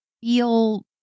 feel